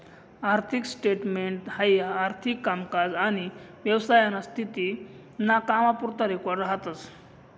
आर्थिक स्टेटमेंट हाई आर्थिक कामकाज आनी व्यवसायाना स्थिती ना कामपुरता रेकॉर्ड राहतस